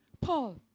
Paul